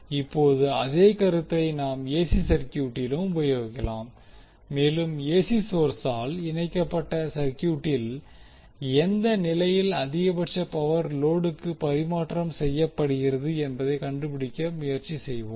இப்போது அதே கருத்தை நாம் ஏசி சர்கியூட்டிலும் உபயோகிக்கலாம் மேலும் ஏசி சோர்ஸால் இணைக்கப்பட்ட சர்கியூட்டில் எந்த நிலையில் அதிகபட்ச பவர் லோடுக்கு பரிமாற்றம் செய்யப்படுகிறது என்பதை கண்டுபிடிக்க முயற்சி செய்வோம்